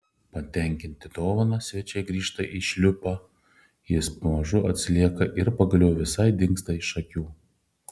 patenkinti dovana svečiai grįžta į šliupą jis pamažu atsilieka ir pagaliau visai dingsta iš akių